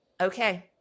okay